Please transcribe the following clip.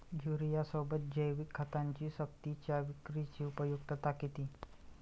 युरियासोबत जैविक खतांची सक्तीच्या विक्रीची उपयुक्तता किती?